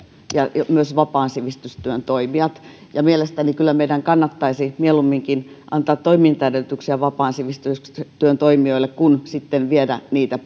ja myös vapaan sivistystyön toimijat ja mielestäni kyllä meidän kannattaisi mieluumminkin antaa toimintaedellytyksiä vapaan sivistystyön toimijoille kuin sitten viedä niitä